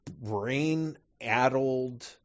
brain-addled